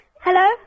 Hello